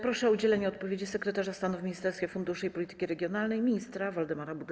Proszę o udzielenie odpowiedzi sekretarza stanu w Ministerstwie Funduszy i Polityki Regionalnej ministra Waldemara Budę.